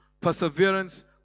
perseverance